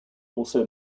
also